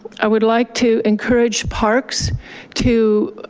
i would like to encourage parks to